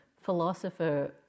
philosopher